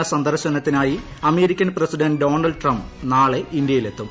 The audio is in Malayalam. ദ്വിദിന സന്ദർശനത്തിനായി അമേരിക്കൻ പ്രസിഡന്റ് ഡൊണാൾഡ് ട്രംപ് നാളെ ഇന്തൃയിലെത്തും